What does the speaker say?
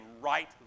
right